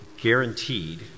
guaranteed